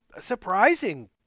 Surprising